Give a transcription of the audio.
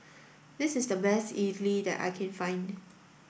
this is the best idly that I can find